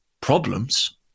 problems